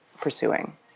pursuing